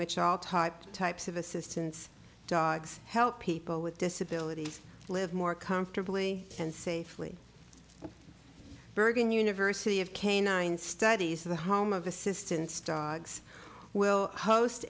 which all top types of assistance dogs help people with disabilities live more comfortably and safely bergan university of canine studies the home of assistance dogs will host